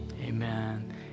amen